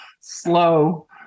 slow